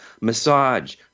massage